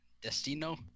Destino